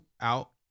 out